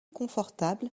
confortable